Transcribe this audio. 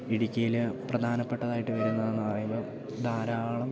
ഇടുക്കിയിൽ പ്രധാനപ്പെട്ടതായിട്ട് വരുന്നതെന്ന് പറയുമ്പം ധാരാളം